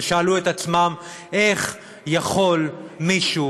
ושאלו את עצמם: איך יכול מישהו